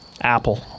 apple